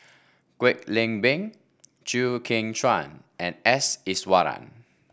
Kwek Leng Beng Chew Kheng Chuan and S Iswaran